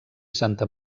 santa